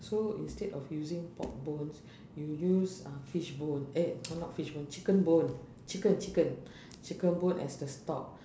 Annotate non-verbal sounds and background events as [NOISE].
so instead of using pork bones you use uh fish bone eh [NOISE] uh not fish bone chicken bone chicken chicken chicken bone as the stock